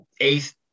eighth